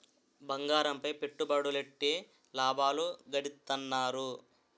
బంగారంపై పెట్టుబడులెట్టి లాభాలు గడిత్తన్నారు